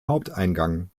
haupteingang